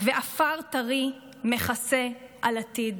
ועפר טרי מכסה על עתיד.